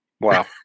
Wow